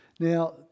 Now